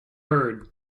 heard